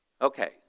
Okay